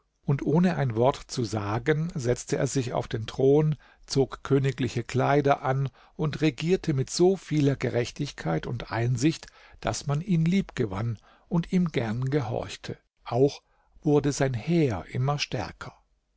und ohne ein wort zu sagen setzte er sich auf den thron zog königliche kleider an und regierte mit so vieler gerechtigkeit und einsicht daß man ihn liebgewann und ihm gern gehorchte auch wurde sein heer immer stärker